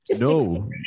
No